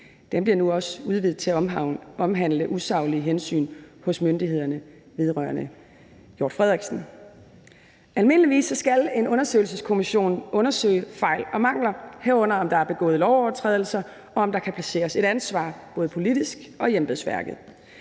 Den bliver nu også udvidet til at omhandle usaglige hensyn hos myndighederne vedrørende Claus Hjort Frederiksen. Almindeligvis skal en undersøgelseskommission undersøge fejl og mangler, herunder om der er begået lovovertrædelser, og om der kan placeres et ansvar både politisk og i embedsværket.